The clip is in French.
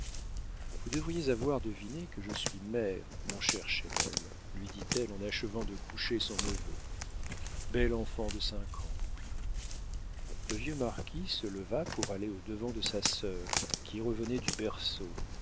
vous devriez avoir deviné que je suis mère mon cher chesnel lui dit-elle en achevant de coucher son neveu bel enfant de cinq ans le vieux marquis se leva pour aller au-devant de sa sœur qui revenait du berceau